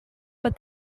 but